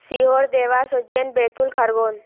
Sehore Dewas Ujjain Betul Khargone